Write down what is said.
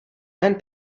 ein